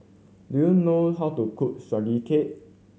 do you know how to cook Sugee Cake